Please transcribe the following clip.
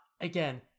again